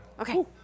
Okay